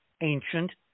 ancient